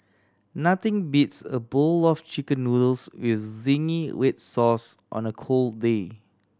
nothing beats a bowl of Chicken Noodles with zingy red sauce on a cold day